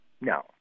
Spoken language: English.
no